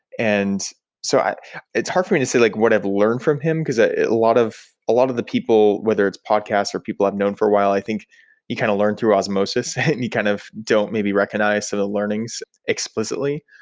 and so it's hard for me to say like what i've learned from him, because a lot of ah lot of the people, whether it's podcast or people i've known for a while, i think he kind of learned through osmosis and he kind of don't maybe recognize sort of learnings explicitly.